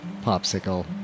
popsicle